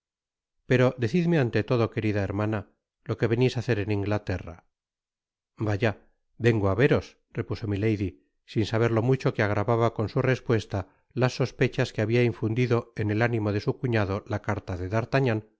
h pero decidme ante todo querida hermana lo que venis á hacer en inglaterra f vaya vengo á veros repuso milady sin saber lo mucho que agravaba con su respuesta las sospechas que habia infundido en el ánimo de su cuñado i carta de d'artagnan